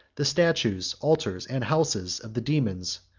the statues, altars, and houses, of the daemons,